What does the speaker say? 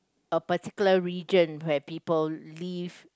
a particular region where people live